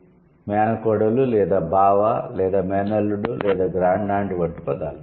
'మేనకోడలు లేదా బావ లేదా మేనల్లుడు లేదా గ్రాండ్ ఆంట్' లాంటి పదాలు